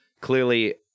Clearly